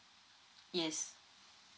yes